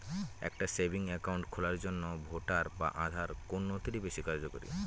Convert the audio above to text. একটা savings account খোলার জন্য ভোটার বা আধার কোন নথিটি বেশী কার্যকরী?